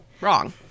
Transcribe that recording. wrong